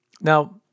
Now